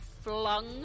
flung